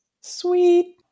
Sweet